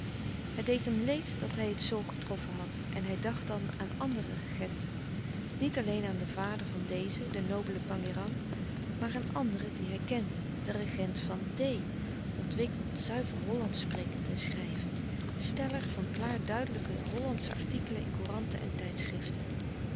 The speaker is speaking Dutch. het deed hem leed dat hij het zoo getroffen had en hij dacht dan aan andere regenten niet alleen aan den vader van dezen den nobelen pangéran maar aan anderen die hij kende de regent van d ontwikkeld zuiver hollandsch sprekend en schrijvend steller van klaar duidelijke hollandsche artikelen in couranten en tijdschriften